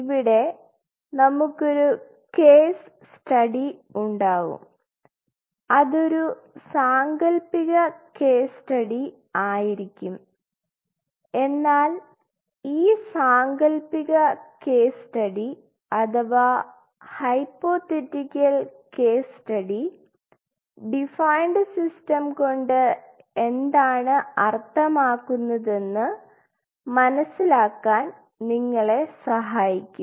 ഇവിടെ നമുക്കൊരു case study ഉണ്ടാവും അതൊരു സാങ്കല്പിക കേസ് സ്റ്റഡി ആയിരിക്കും എന്നാൽ ഈ സാങ്കൽപിക കേസ് സ്റ്റഡി അഥവാ hypothetical case study defined system കൊണ്ട് എന്താണ് അർത്ഥമാക്കുന്നതെന്ന് മനസ്സിലാക്കാൻ നിങ്ങളെ സഹായിക്കും